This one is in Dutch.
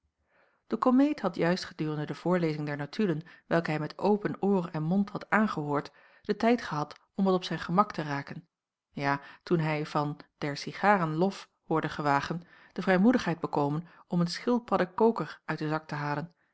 de komeet had juist gedurende de voorlezing der notulen welke hij met open oor en mond had aangehoord den tijd gehad om wat op zijn gemak te raken ja toen hij van der cigaren lof hoorde gewagen de vrijmoedigheid bekomen om een schildpadden koker uit den zak te halen